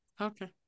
Okay